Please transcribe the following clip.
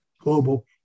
global